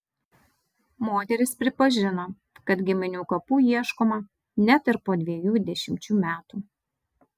moteris pripažino kad giminių kapų ieškoma net ir po dviejų dešimčių metų